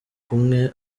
kumwe